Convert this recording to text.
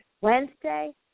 Wednesday